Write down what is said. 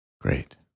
Great